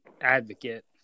advocate